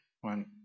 one